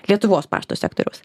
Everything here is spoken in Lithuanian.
lietuvos pašto sektoriaus